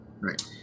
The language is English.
Right